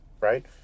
Right